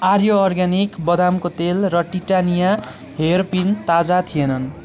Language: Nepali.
आर्य अर्ग्यानिक बदामको तेल र टिटानिया हेयर पिन ताजा थिएनन्